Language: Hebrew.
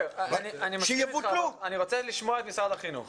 אני מסכים אתך אבל אני רוצה לשמוע את משרד החינוך.